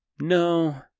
No